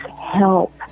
help